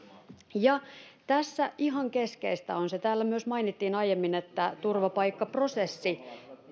ja tässä ihan keskeistä on se mikä täällä myös mainittiin aiemmin että turvapaikkaprosessi